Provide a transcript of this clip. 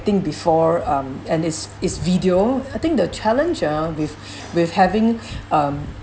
activity before um and it's it's video I think the challenge ah with with having um